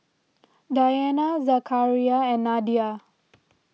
Dayana Zakaria and Nadia